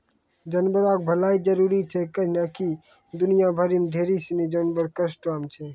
जानवरो के भलाइ जरुरी छै कैहने कि दुनिया भरि मे ढेरी सिनी जानवर कष्टो मे छै